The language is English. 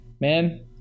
man